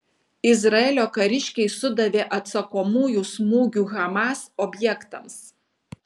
izraelio kariškiai sudavė atsakomųjų smūgių hamas objektams